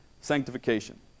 sanctification